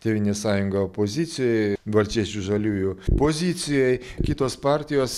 tėvynės sąjunga opozicijoj valstiečių žaliųjų pozicijoj kitos partijos